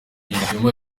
ishema